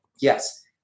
yes